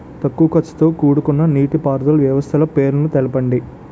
తక్కువ ఖర్చుతో కూడుకున్న నీటిపారుదల వ్యవస్థల పేర్లను తెలపండి?